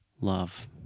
love